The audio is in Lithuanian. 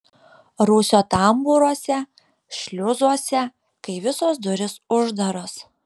rūsio tambūruose šliuzuose kai visos durys uždaros